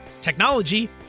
technology